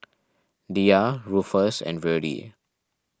Diya Rufus and Virdie